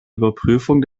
überprüfung